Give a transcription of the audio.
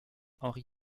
henri